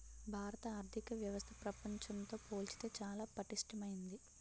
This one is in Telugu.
భారత ఆర్థిక వ్యవస్థ ప్రపంచంతో పోల్చితే చాలా పటిష్టమైంది